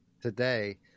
today